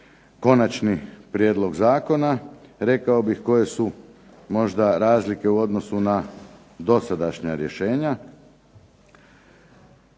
konačni prijedlog zakona, rekao bih koje su možda razlike u odnosu na dosadašnja rješenja.